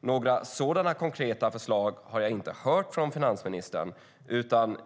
Några sådana konkreta förslag har jag inte hört från finansministern.